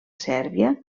sèrbia